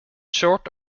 short